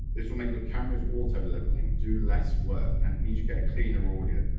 this will make your camera's auto levelling do less work, and it means you get cleaner audio,